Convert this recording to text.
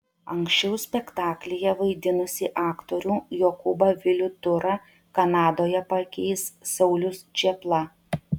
anksčiau spektaklyje vaidinusį aktorių jokūbą vilių tūrą kanadoje pakeis saulius čėpla